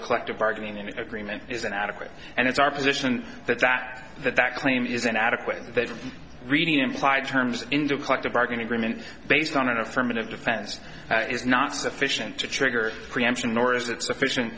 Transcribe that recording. a collective bargaining agreement isn't adequate and it's our position that the fact that that claim is an adequate reading implied terms into a collective bargain agreement based on an affirmative defense is not sufficient to trigger preemption nor is it sufficient